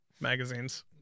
magazines